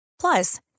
Plus